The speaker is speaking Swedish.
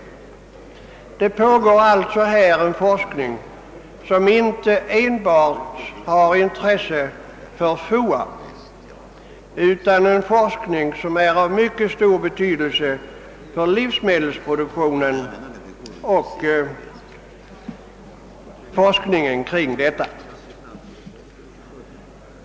Det pågår alltså inom denna institution en forskning som inte enbart har intresse för FOA utan som också är av mycket stor betydelse för livsmedelsproduktionen och därmed sammanhängande forskning.